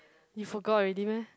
you forgot already meh